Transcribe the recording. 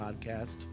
podcast